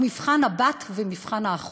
הוא מבחן הבת ומבחן האחות.